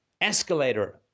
escalator